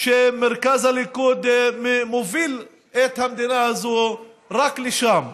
שמרכז הליכוד מוביל את המדינה הזו רק לשם,